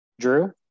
Drew